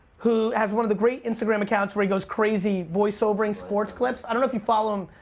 who has one of the great instagram accounts where he goes crazy voiceovering sports clips. i don't know if you follow him,